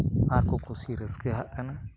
ᱟᱨ ᱠᱚ ᱠᱩᱥᱤ ᱨᱟᱹᱥᱠᱟᱹᱦᱟᱜ ᱠᱟᱱᱟ